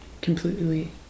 Completely